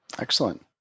Excellent